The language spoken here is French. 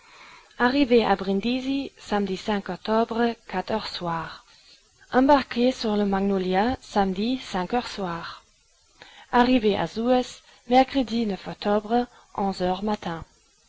arrivé à brindisi samedi octobre heures soir embarqué sur le mongolia samedi heures soir arrivé à suez mercredi octobre heures matin